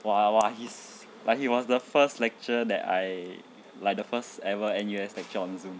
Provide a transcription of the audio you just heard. !wah! !wah! he's like he was the first lecture that I like the first ever N_U_S on zoom